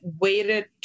waited